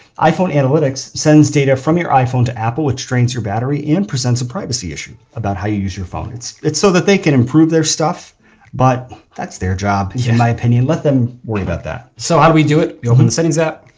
iphone analytics sends data from your iphone to apple, which drains your battery and presents a privacy issue about how you use your phone. it's it's so that they can improve their stuff but that's their job, in my opinion let them worry about that. so, how do we do it? we open the settings app,